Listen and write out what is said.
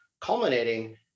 culminating